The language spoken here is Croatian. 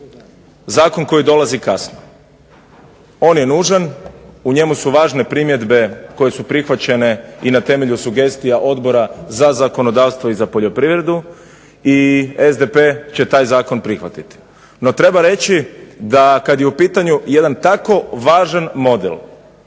zakon koji dolazi kasno. On je nužan. U njemu su važne primjedbe koje su prihvaćene i na temelju sugestija Odbora za zakonodavstvo i za poljoprivredu i SDP će taj zakon prihvatiti. No, treba reći da kad je u pitanju jedan tako važan mode